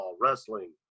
wrestling